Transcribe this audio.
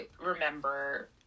remember